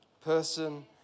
person